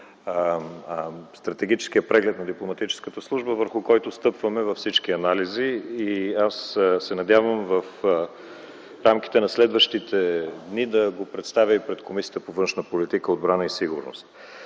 стратегическия преглед на Дипломатическата служба, върху който стъпваме във всички анализи. Аз се надявам в рамките на следващите дни да го представя и пред Комисията по външна политика, отбрана и сигурност.